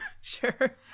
Sure